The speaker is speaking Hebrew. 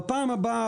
בפעם הבאה,